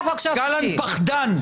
גלנט פחדן.